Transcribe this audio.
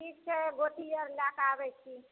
ठीक छै गोटी आओर लए कऽ आबै छी